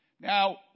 Now